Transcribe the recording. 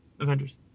Avengers